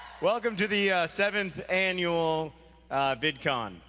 welcome to the seventh annual vidcon.